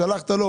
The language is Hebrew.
שלחת לו,